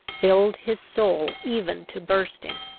filled his soul even to bursting.